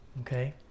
okay